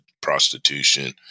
prostitution